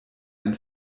ein